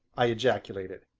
i ejaculated.